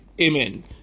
amen